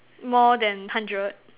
more than hundred